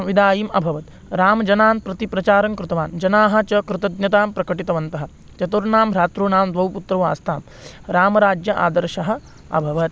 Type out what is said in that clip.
विदायिम् अभवत् रामः जनान् प्रति प्रचारं कृतवान् जनाः च कृतज्ञतां प्रकटितवन्तः चतुर्णां भ्रातृणां द्वौ पुत्रौ आस्तां रामराज्यस्य आदर्शम् अभवत्